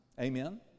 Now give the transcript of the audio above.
Amen